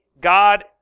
God